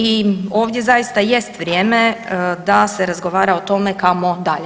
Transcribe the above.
I ovdje zaista jest vrijeme da se razgovara o tome kamo dalje.